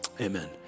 amen